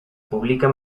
publica